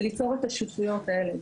וליצור את השותפויות האלה.